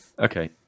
Okay